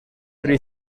three